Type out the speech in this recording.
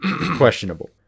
questionable